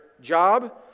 job